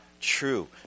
true